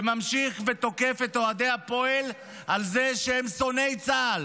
וממשיך ותוקף את אוהדי הפועל על זה שהם שונאי צה"ל,